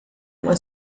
uma